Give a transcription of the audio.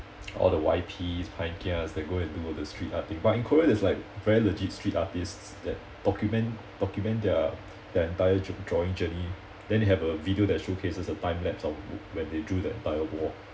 all the Y_Ps pai kias that go and do all the street art thing but in korea there's like very legit street artists that document document their their entire dra~ drawing journey then they have a video that showcases a time lapse of when they drew the entire wall